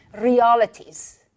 realities